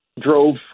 drove